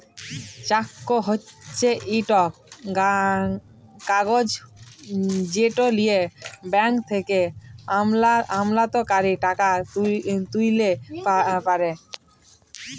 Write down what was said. cheque হছে ইকট কাগজ যেট লিঁয়ে ব্যাংক থ্যাকে আমলাতকারী টাকা তুইলতে পারে